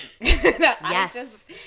Yes